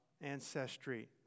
ancestry